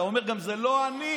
אתה אומר גם: זה לא אני,